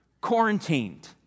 quarantined